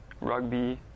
rugby